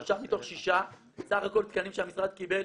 שלושה מתוך שישה, סך הכול תקנים שהמשרד קיבל.